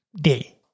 day